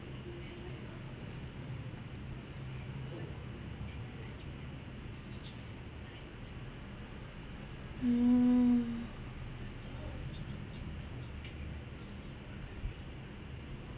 mm